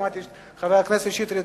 שמעתי את חבר הכנסת שטרית,